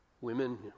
Women